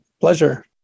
Pleasure